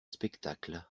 spectacle